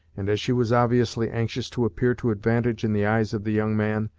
and as she was obviously anxious to appear to advantage in the eyes of the young man,